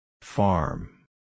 Farm